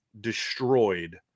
destroyed